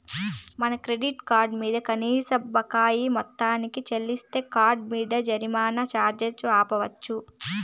మన credit card మింద కనీస బకాయి మొత్తాన్ని చెల్లిస్తే కార్డ్ మింద జరిమానా ఛార్జీ ఆపచ్చు